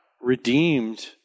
redeemed